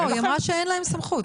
לא, היא אמרה שאין להם סמכות.